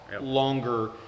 longer